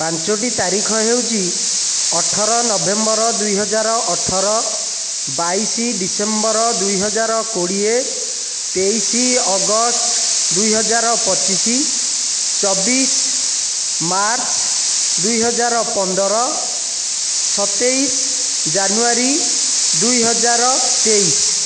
ପାଞ୍ଚୋଟି ତାରିଖ ହେଉଛି ଅଠର ନଭେମ୍ବର ଦୁଇହଜାର ଅଠର ବାଇଶ ଡିସେମ୍ବର ଦୁଇହାଜର କୋଡ଼ିଏ ତେଇଶ ଅଗଷ୍ଟ ଦୁଇହଜାର ପଚିଶ ଚବିଶ ମାର୍ଚ୍ଚ ଦୁଇହଜାର ପନ୍ଦର ସତେଇଶ ଜାନୁଆରୀ ଦୁଇହଜାର ତେଇଶ